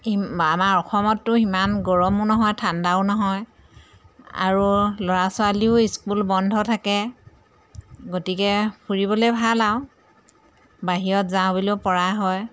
আমাৰ অসমততো সিমান গৰমো নহয় ঠাণ্ডাও নহয় আৰু ল'ৰা ছোৱালীও স্কুল বন্ধ থাকে গতিকে ফুৰিবলৈ ভাল আৰু বাহিৰত যাওঁ বুলিও পৰা হয়